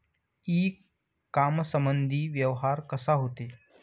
इ कामर्समंदी व्यवहार कसा होते?